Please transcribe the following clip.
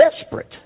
desperate